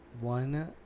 One